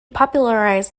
popularized